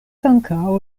ankaŭ